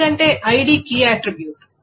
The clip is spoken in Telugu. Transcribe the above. ఎందుకంటే ఐడి కీ ఆట్రిబ్యూట్